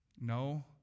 No